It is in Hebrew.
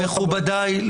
מכובדיי,